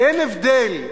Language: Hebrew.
אין הבדל,